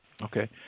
Okay